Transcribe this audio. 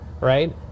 right